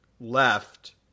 left